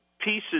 pieces